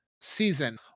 season